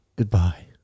Goodbye